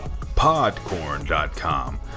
Podcorn.com